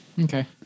Okay